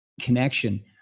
connection